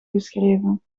geschreven